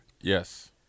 Yes